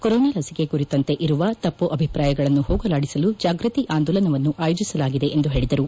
corona ಲಸಿಕೆ ಕುರಿತಂತೆ ಇರುವ ತಪ್ಪು ಅಭಿಪ್ರಾಯಗಳನ್ನು ಹೋಗಲಾಡಿಸಲು ಜಾಗ್ಬತಿ ಆಂದೋಲನವನ್ನು ಆಯೋಜಿಸಲಾಗಿದೆ ಎಂದು ಹೇಳಿದರು